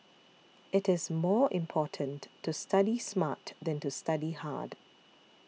it is more important to study smart than to study hard